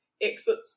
exits